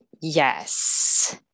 Yes